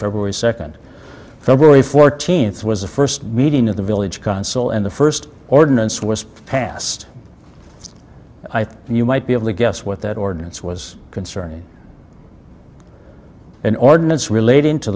february second february fourteenth was the first meeting of the village consul and the first ordinance was passed i think and you might be able to guess what that ordinance was concerning an ordinance relating to